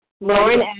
Lauren